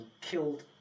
killed